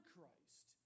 Christ